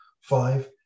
five